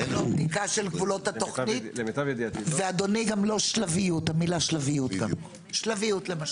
אין לו בדיקה של גבולות התכנית וגם לא המילה "שלביות" למשל.